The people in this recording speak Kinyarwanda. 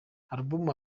alubumu